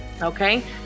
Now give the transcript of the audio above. Okay